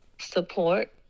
support